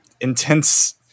intense